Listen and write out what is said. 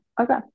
Okay